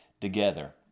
together